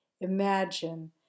Imagine